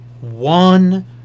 one